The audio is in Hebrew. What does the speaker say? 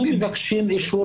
אנחנו מבקשים אישור